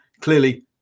clearly